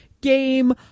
game